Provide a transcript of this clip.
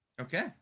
Okay